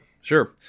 sure